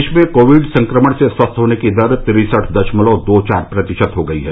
देश में कोविड संक्रमण से स्वस्थ होने की दर तिरसठ दशमलव दो चार प्रतिशत हो गई है